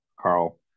Carl